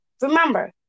Remember